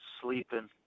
Sleeping